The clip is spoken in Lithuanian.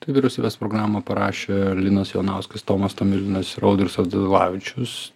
tai vyriausybės programą parašė linas jonauskas tomas tomilinas ir audrius radvilavičius